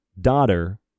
daughter